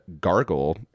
gargle